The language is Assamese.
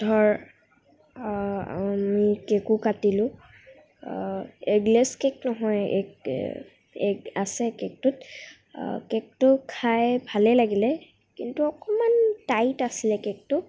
ধৰ আমি কেকো কাটিলোঁ এগলেচ কেক নহয় এগ এগ আছে কেকটোত কেকটো খাই ভালেই লাগিলে কিন্তু অকণমান টাইট আছিলে কেকটো